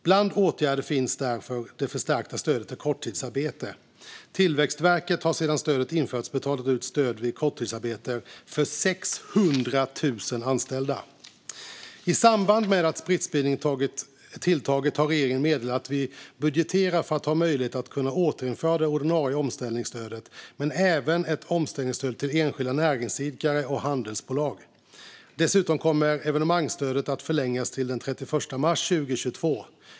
Bland åtgärderna fanns det förstärkta stödet vid korttidsarbete. Tillväxtverket har sedan stödet infördes betalat ut stöd vid korttidsarbete för 600 000 anställda. I samband med att smittspridningen tilltagit har regeringen meddelat att vi budgeterar för att ha möjlighet att återinföra det ordinarie omställningsstödet, men även ett omsättningsstöd till enskilda näringsidkare och handelsbolag. Dessutom kommer evenemangsstödet att förlängas till den 31 mars 2022.